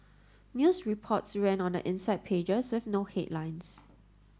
news reports ran on the inside pages with no headlines